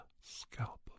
scalp